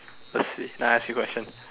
let's see then I ask you question